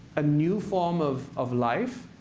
a new form of of life,